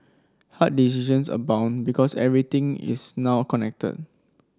hard decisions abound because everything is now connected